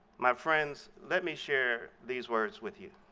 my friends, let me share these words with you.